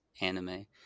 anime